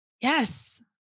Yes